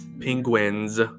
Penguins